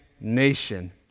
nation